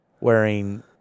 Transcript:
wearing